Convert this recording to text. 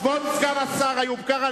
כבוד סגן השר איוב קרא,